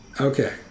Okay